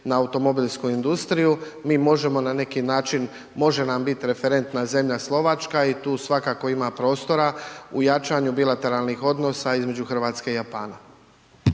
na automobilsku industriju. Mi možemo na neki način, može nam biti referentna zemlja Slovačka i tu svakako ima prostora u jačanju bilateralnih odnosa između Hrvatske i Japana.